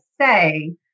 say